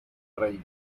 reina